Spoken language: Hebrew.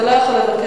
אתה לא יכול לבקש.